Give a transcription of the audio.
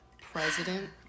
President